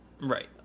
Right